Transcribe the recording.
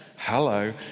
Hello